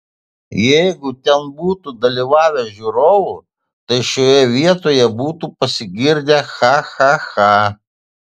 jeigu ten būtų dalyvavę žiūrovų tai šioje vietoje būtų pasigirdę cha cha cha